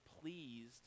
pleased